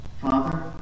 Father